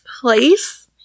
place